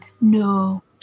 No